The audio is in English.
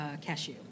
cashew